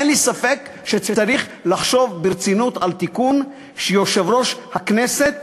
אין לי ספק שצריך לחשוב ברצינות על תיקון שלפיו יושב-ראש הכנסת